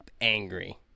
Angry